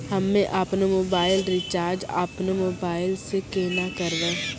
हम्मे आपनौ mobile recharge आपनौ मोबाइल से केना करवै?